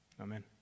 Amen